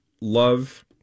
love